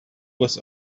was